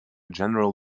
general